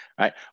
right